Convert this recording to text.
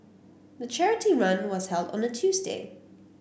the charity run was held on a Tuesday